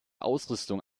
ausrüstung